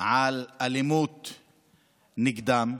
על אלימות נגדם,